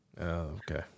okay